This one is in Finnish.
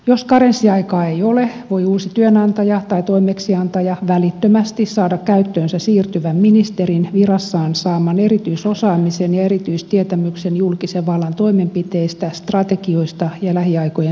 jos karenssiaikaa ei ole voi uusi työnantaja tai toimeksiantaja välittömästi saada käyttöönsä siirtyvän ministerin virassaan saaman erityisosaamisen ja erityistietämyksen julkisen vallan toimenpiteistä strategioista ja lähiaikojen suunnitelmista